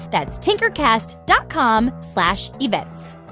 that's tinkercast dot com slash events.